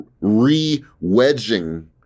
re-wedging